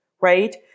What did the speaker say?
Right